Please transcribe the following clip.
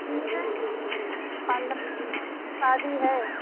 पंद्रह जनवरी को शादी है